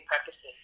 purposes